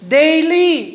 daily